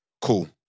Cool